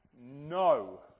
no